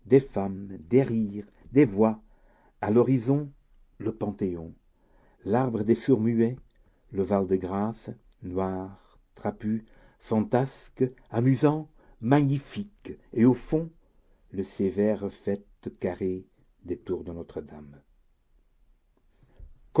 des rires des voix à l'horizon le panthéon l'arbre des sourds-muets le val-de-grâce noir trapu fantasque amusant magnifique et au fond le sévère faîte carré des tours de notre-dame